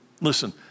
Listen